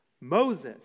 Moses